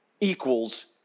equals